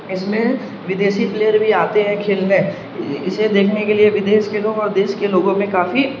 اس میں ودیشی پلیئر بھی آتے ہیں کھیلنے اسے دیکھنے کے لیے ودیش کے لوگ اور دیش کے لوگوں میں کافی